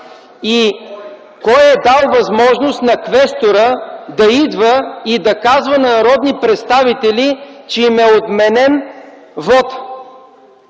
Кой е дал възможност на квестора да идва и да казва на народни представители, че вотът им е отменен?